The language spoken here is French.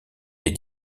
les